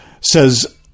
says